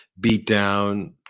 beatdown